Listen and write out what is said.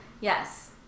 yes